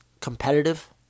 competitive